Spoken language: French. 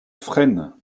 fresnes